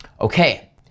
okay